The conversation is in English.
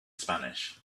spanish